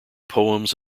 poems